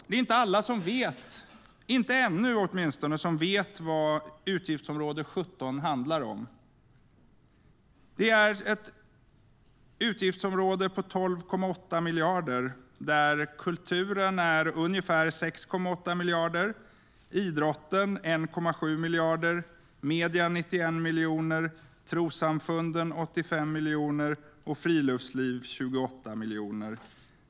Det är inte alla som vet, åtminstone inte än, vad utgiftsområde 17 handlar om. Det är ett utgiftsområde på 12,8 miljarder där kulturen är på ungefär 6,8 miljarder, idrotten 1,7 miljarder, medierna 91 miljoner, trossamfunden 85 miljoner och friluftslivet 28 miljoner.